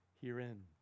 herein